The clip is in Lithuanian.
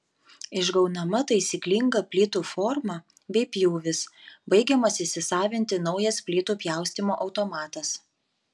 išgaunama taisyklinga plytų forma bei pjūvis baigiamas įsisavinti naujas plytų pjaustymo automatas